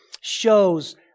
shows